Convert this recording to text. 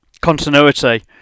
continuity